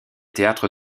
théâtres